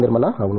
నిర్మల అవును